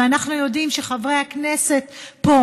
ואנחנו יודעים שחברי הכנסת פה,